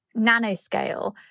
nanoscale